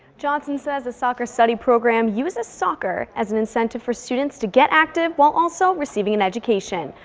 johnson says the soccer study program uses soccer as an incentive for students to get active, while also receiving an education.